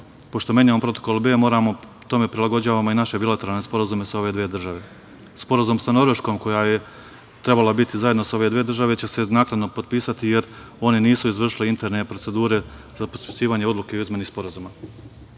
Pošto menjamo protokol B, tome prilagođavamo i naše bilateralne sporazume sa ove dve države. Sporazum sa Norveškom koja je trebala biti zajedno sa ove države će se značajno potpisati jer one nisu izvršile interne procedure za potpisivanje odluke o izmeni sporazuma. Kada